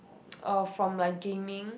uh for like gaming